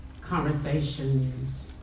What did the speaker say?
conversations